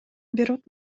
бирок